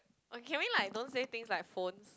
oh can we like don't say things like phone